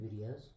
videos